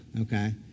okay